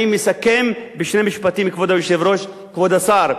אני מסכם בשני משפטים, כבוד היושב-ראש, כבוד השר,